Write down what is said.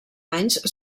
anys